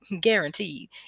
guaranteed